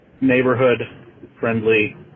neighborhood-friendly